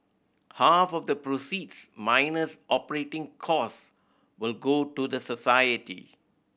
half of the proceeds minus operating costs will go to the society